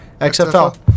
XFL